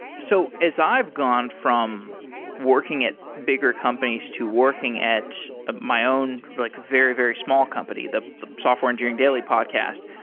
so as i've gone from working at bigger companies to working at ah my own like very, very small company, the the software engineering daily podcast,